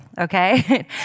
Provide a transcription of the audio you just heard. okay